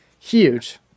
huge